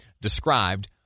described